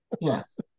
yes